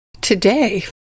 Today